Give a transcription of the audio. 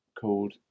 called